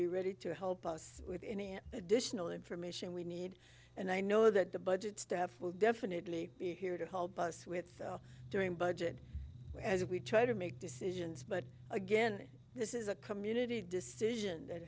be ready to help us with any additional information we need and i know that the budget staff will definitely be here to help us with during budget as we try to make decisions but again this is a community decision that